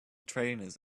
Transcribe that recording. trainers